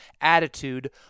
attitude